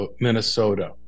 Minnesota